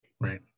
Right